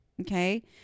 okay